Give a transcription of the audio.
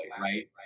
Right